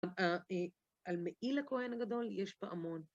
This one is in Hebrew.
על מעיל הכהן הגדול יש פה המון.